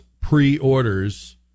pre-orders